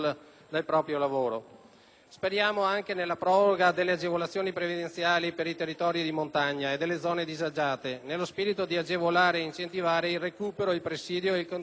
Speriamo anche nella proroga delle agevolazioni previdenziali per i territori montani e per le zone disagiate nello spirito di agevolare ed incentivare il recupero, il presidio ed il controllo di questi territori.